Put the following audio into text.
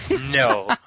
No